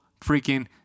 freaking